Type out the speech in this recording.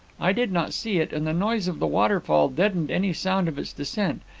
i did not see it, and the noise of the waterfall deadened any sound of its descent,